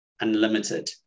unlimited